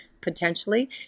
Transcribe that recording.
potentially